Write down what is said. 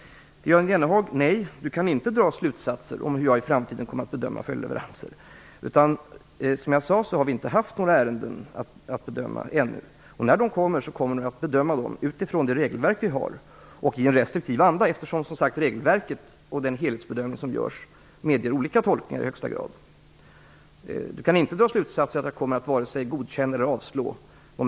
Till Jan Jennehag: Nej, Jan Jennehag kan inte dra slutsatser om hur jag i framtiden kommer att bedöma följdleveranserna. Som jag sade har vi inte haft några ärenden att bedöma ännu. När de kommer, kommer vi att bedöma dem utifrån det regelverk som vi har och i restriktiv anda, eftersom regelverket och den helhetsbedömning som görs i högsta grad medger olika tolkningar. Jan Jennehag kan inte dra slutsatsen att jag kommer att antingen godkänna eller avslå.